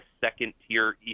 second-tier